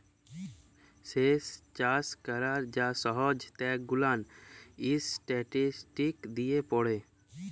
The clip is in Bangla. স্যেচ চাষ ক্যরার যা সহব ত্যথ গুলান ইসট্যাটিসটিকস দিয়ে পড়ে